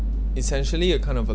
essentially a kind of a